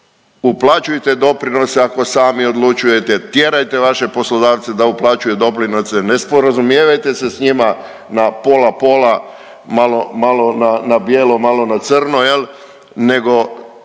uplaćujte doprinose ako sami odlučujete, tjerajte vaše poslodavce da uplaćuju doprinose, ne sporazumijevajte se s njima na pola pola, malo, malo na, na bijelo, malo na crno jel